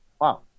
Wow